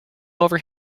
over